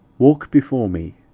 walk before me,